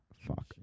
fuck